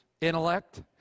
intellect